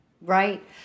Right